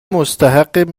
مستحق